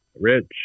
Rich